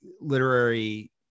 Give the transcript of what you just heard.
literary